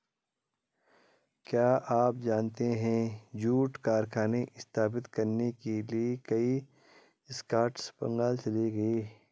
क्या आप जानते है जूट कारखाने स्थापित करने के लिए कई स्कॉट्स बंगाल चले गए?